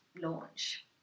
launch